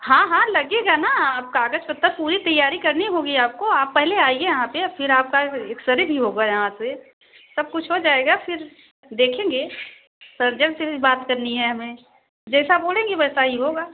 हाँ हाँ लगेगा न अब कागज पत्तर पूरी तैयारी करनी होगी आपको आप पहले आइए यहाँ पर फिर आपका एक्सरे भी होगा यहाँ से सब कुछ हो जाएगा फिर देखेंगे सर्जन से भी बात करनी है हमें जैसा बोलेंगी वैसा ही होगा